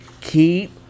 keep